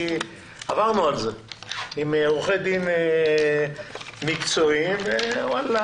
כי עברנו על זה עם עורכי דין מקצועיים ו-ואללה,